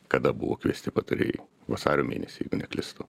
kada buvo kviesti patarėjai vasario mėnesį jeigu neklystu